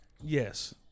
Yes